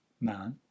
man